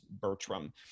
Bertram